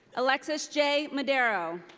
alexis j. medero.